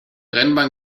rennbahn